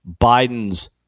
Biden's